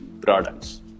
products